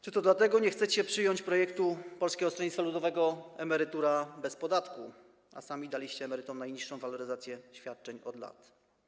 Czy to dlatego nie chcecie przyjąć projektu Polskiego Stronnictwa Ludowego: emerytura bez podatku, a sami daliście emerytom najniższą waloryzację świadczeń od lat?